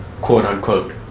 quote-unquote